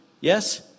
Yes